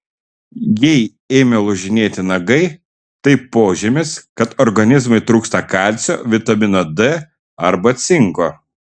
jei ėmė lūžinėti nagai tai požymis kad organizmui trūksta kalcio vitamino d arba cinko